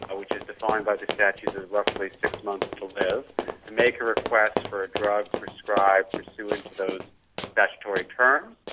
ah which is defined by the statutes as roughly six months to live, to make a request for a drug prescribed pursuant to those statutory terms,